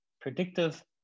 predictive